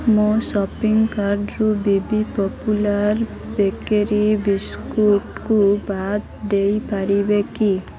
ମୋ ସପିଙ୍ଗ୍ କାର୍ଟ୍ରୁ ବି ବି ପପୁଲାର୍ ବେକେରୀ ବିସ୍କୁଟ୍ କୁ ବାଦ ଦେଇପାରିବେ କି